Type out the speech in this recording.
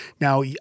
Now